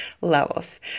levels